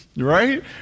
right